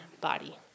body